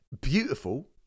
beautiful